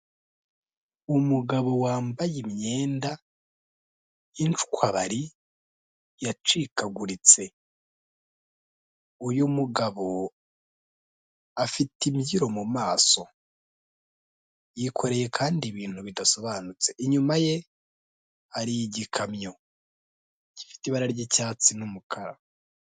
Umugabo wambaye imyenda y'inshwabari yacikaguritse, uyu mugabo afite imbyiro mu maso, yikoreye kandi ibintu bidasobanutse, inyuma ye hari igikamyo gifite ibara ry'icyatsi n'umukara.